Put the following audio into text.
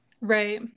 Right